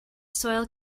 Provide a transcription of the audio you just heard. soil